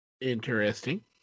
Interesting